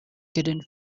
couldn’t